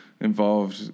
involved